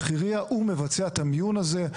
בחירייה הוא מבצע את המיון הזה,